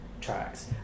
tracks